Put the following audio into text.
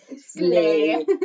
Slay